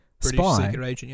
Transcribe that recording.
spy